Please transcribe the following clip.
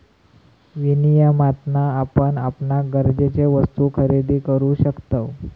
विनियमातना आपण आपणाक गरजेचे वस्तु खरेदी करु शकतव